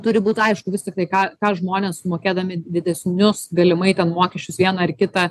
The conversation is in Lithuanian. turi būt aišku vis tik tai ką ką žmonės sumokėdami didesnius galimai ten mokesčius vieną ar kitą